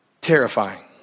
Terrifying